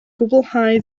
gwblhau